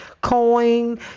coin